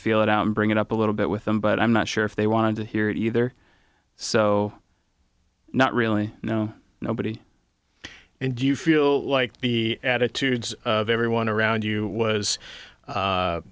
feel it out and bring it up a little bit with them but i'm not sure if they wanted to hear it either so not really you know nobody do you feel like the attitudes of everyone around you was